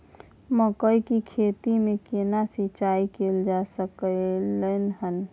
मकई की खेती में केना सिंचाई कैल जा सकलय हन?